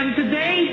today